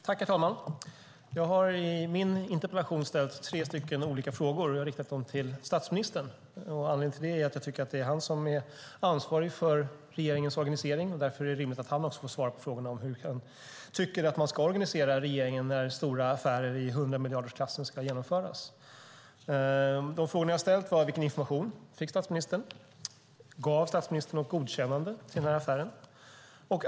Herr talman! Jag har i min interpellation ställt tre olika frågor, och jag har riktat dem till statsministern. Anledningen till det är att jag tycker att det är han som är ansvarig för regeringens organisering och att det därför är rimligt att han svarar på frågorna hur han tycker att man ska organisera regeringen när stora affärer i hundramiljardersklassen ska genomföras. De frågor jag har ställt är: Vilken information fick statsministern? Gav statsministern något godkännande till den här affären?